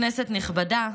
כנסת נכבדה,